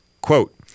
quote